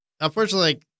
unfortunately